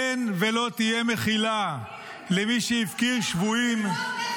אין ולא תהיה מחילה למי שהפקיר שבויים -- לא,